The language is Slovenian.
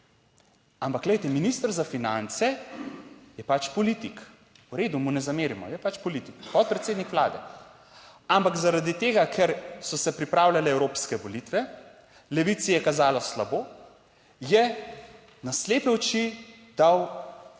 Ampak, glejte, minister za finance je pač politik. V redu, mu ne zamerimo, je pač politik, podpredsednik Vlade. Ampak zaradi tega, ker so se pripravljale evropske volitve, Levici je kazalo slabo, je na slepe oči dal